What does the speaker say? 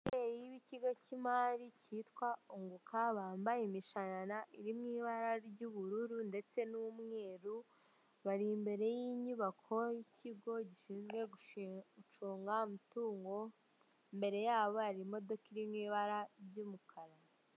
Ababyeyi b'ikigo k'imari kitwa unguka bambaye imishanana iri mu ibara ry'ubururu ndetse n'umweru bari imbere y'inyubako y'ikigo gishinzwe gucunga umutungo, imbere yabo hari imodoka iri mu ibara ry'umukara.